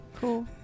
Cool